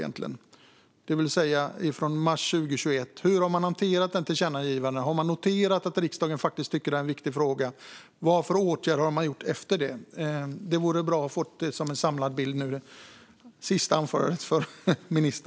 Hur har man från mars 2021 hanterat tillkännagivandet? Har man noterat att riksdagen tycker att det är en viktig fråga? Vilka åtgärder har man gjort efter det? Det vore bra att nu få en samlad bild i ministerns sista anförande.